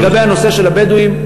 לגבי הנושא של הבדואים,